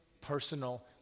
personal